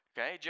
Okay